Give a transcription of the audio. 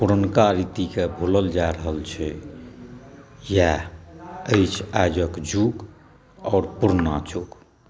पुरनका रीती के भुलल जा रहल छै इएह अछि आजुक जुग आओर पुरना जुग